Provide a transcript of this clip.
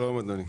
שלום, אדוני.